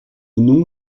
nom